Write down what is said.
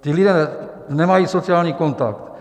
Ti lidé nemají sociální kontakt.